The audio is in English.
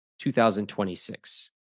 2026